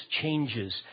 changes